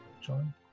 John